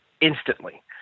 instantly